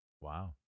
Wow